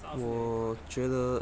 我觉得